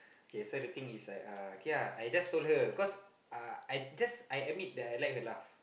okay so the thing is like uh k ah I just told her cause ah I just I admit that I like her laugh